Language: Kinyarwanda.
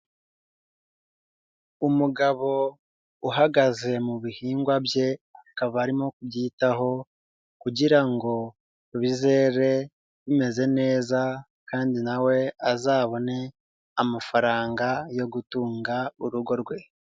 Umugabo uhagaze mu bihingwa bye akaba arimo kubyitaho kugira ngo bizere bimeze neza kandi na we azabone amafaranga yo gutunga urugo rwe.